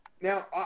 Now